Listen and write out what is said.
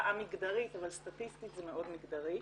א-מגדרית אבל סטטיסטית זה מאוד מגדרי.